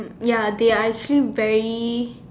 ya they are actually very